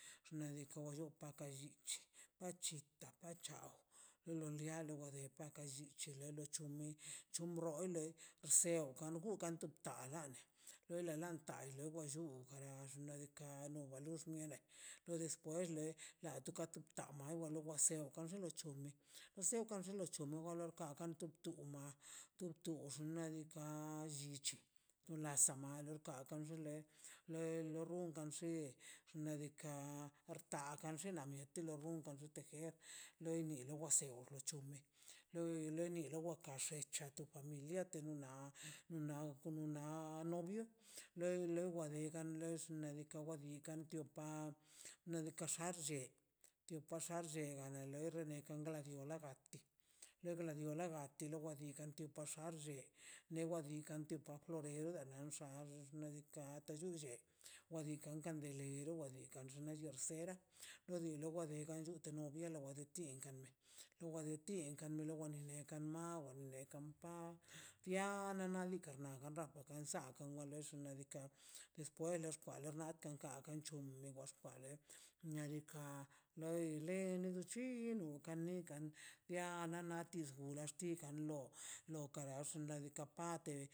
Xnaꞌ diikaꞌ wa lluu paka llich pachita pachau lo lonia lo de waka llichile la lo chi mi chumbroi le perseo kan gur ka ta la na tai la lluu ora xnaꞌ diikaꞌ wana lux lo despues xle na tu ka ta wai ma le sero kan tup tup na xnaꞌ diikaꞌ llichi dola samtetio ka axkan xan le le rrunka lli xnaꞌ diikaꞌ artakan lli la mieti la rron da goncho tejer loini to wa ser lor o chume loi leni wa ax c̱he to tu familia tengwona na komo na novio lewan le gan dex agua di kanrtio nedika ka xax tip ka xaxei lei rene ka glabio gala la dio glabio tilo lo gan lo paxaxze newa kan tio par florero nada nan xassieꞌ nadikaꞌ per unlle wan diikaꞌ kandelero wa diikaꞌn barsera lo di lo wan den ti kare lo do wan tin ka melo ni nekan mawan lekan pa tia nadikaꞌ karna rraka gan saco no lex xnaꞌ diikaꞌ despues la espuerla na kan gakan le chu le wax xpaḻe niadika loi nei lo llichi nun ka nekan bia na netux naxtikan lo lo karax lo diikaꞌ pate.